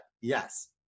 Yes